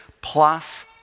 plus